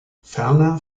ferner